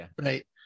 Right